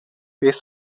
beth